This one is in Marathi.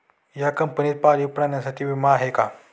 या कंपनीत पाळीव प्राण्यांसाठी विमा आहे का?